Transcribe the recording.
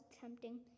tempting